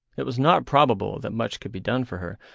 it was not probable that much could be done for her,